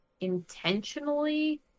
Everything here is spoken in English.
intentionally